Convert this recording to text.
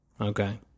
Okay